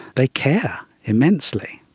they care immensely,